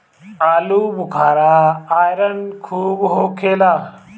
आलूबुखारा में आयरन खूब होखेला